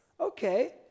Okay